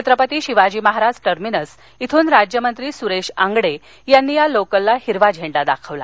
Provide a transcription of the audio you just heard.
Chhatrapati Shivaji Maharaj terminus इथून राज्यमंत्री सुरेश अंगडी यांनी या लोकलला हिरवा झेंडा दाखवला